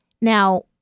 Now